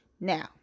Now